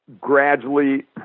gradually